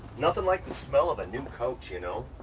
nothing like the smell of a new coach, you know.